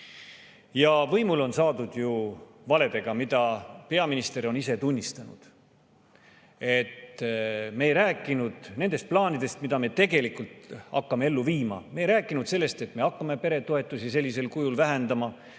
Võimule on saadud ju valedega, mida peaminister on ise tunnistanud: me ei rääkinud nendest plaanidest, mida me tegelikult hakkame ellu viima; me ei rääkinud sellest, et me hakkame peretoetusi sellisel kujul vähendama;